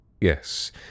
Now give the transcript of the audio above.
Yes